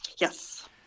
Yes